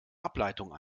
ableitung